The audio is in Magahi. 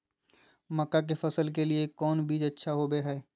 मक्का के फसल के लिए कौन बीज अच्छा होबो हाय?